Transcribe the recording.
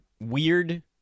weird